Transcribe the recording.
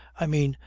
i mean,